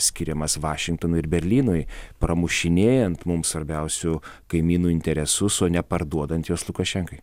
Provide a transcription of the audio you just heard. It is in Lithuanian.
skiriamas vašingtonui ir berlynui pramušinėjant mum svarbiausių kaimynų interesus o ne parduodant juos lukašenkai